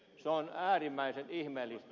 se on äärimmäisen ihmeellistä